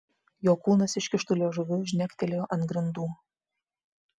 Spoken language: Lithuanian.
jo kūnas iškištu liežuviu žnektelėjo ant grindų